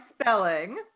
spelling